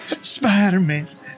Spider-Man